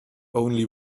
only